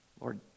Lord